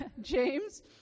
james